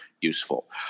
useful